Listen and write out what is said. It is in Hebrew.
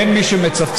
אין מי שמצפצף,